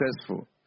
successful